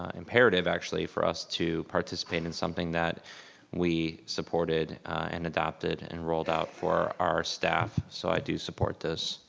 ah imperative actually, for us to participate in something that we supported and adopted and rolled out for our staff. so i do support this.